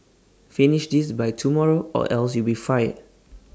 finish this by tomorrow or else you'll be fired